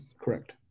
Correct